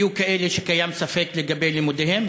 היו כאלה שקיים ספק לגבי לימודיהם,